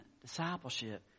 Discipleship